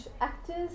actors